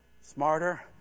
smarter